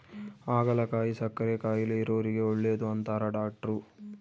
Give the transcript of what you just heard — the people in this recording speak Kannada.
ಹಾಗಲಕಾಯಿ ಸಕ್ಕರೆ ಕಾಯಿಲೆ ಇರೊರಿಗೆ ಒಳ್ಳೆದು ಅಂತಾರ ಡಾಟ್ರು